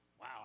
wow